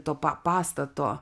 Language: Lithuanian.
to pa pastato